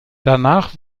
danach